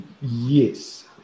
yes